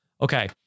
Okay